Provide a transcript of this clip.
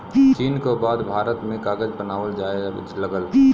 चीन क बाद भारत में कागज बनावल जाये लगल